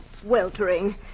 sweltering